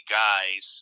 guys